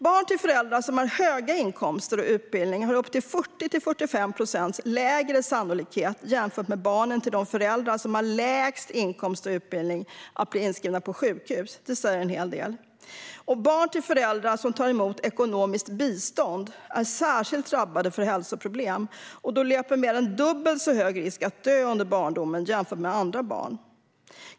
Barn till föräldrar som har höga inkomster och hög utbildning har upp till 40-45 procent lägre sannolikhet att bli inskrivna på sjukhus än barn till föräldrar som har lägst inkomst och utbildning. Det säger en hel del. Och barn till föräldrar som tar emot ekonomiskt bistånd är särskilt drabbade av hälsoproblem och löper mer än dubbelt så hög risk att dö under barndomen som andra barn.